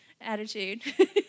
attitude